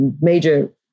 major